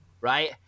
right